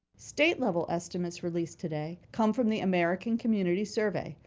state level estimates released today, come from the american community survey,